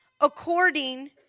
according